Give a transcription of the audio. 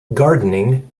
gardening